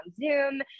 Zoom